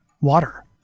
water